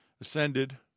ascended